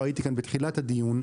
לא הייתי כאן בתחילת הדיון,